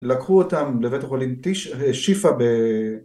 לקחו אותם לבית החולים שיפה ב..